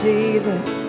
Jesus